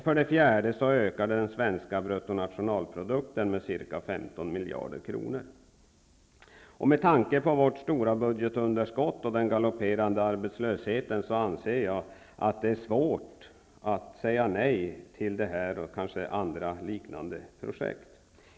För det fjärde ökar den svenska bruttonationalprodukten med ca 15 Med tanke på vårt stora budgetunderskott och den galopperande arbetslösheten anser jag att det är svårt att säga nej till detta och andra liknande projekt.